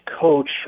coach